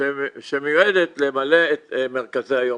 שמיועדת למלא את מרכזי היום.